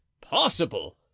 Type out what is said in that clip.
possible